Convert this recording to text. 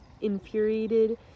infuriated